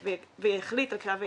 ויודעות,